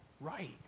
right